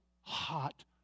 hot